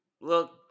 Look